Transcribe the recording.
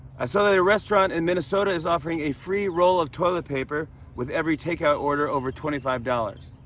i saw that a restaurant in minnesota is offering a free roll of toilet paper with every takeout order over twenty five dollars.